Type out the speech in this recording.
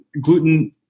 gluten